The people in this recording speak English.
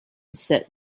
said